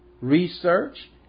research